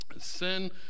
Sin